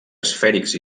esfèrics